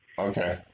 Okay